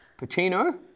Pacino